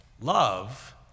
Love